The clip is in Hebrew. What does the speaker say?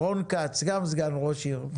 רון כץ, גם סגן ראש עיר.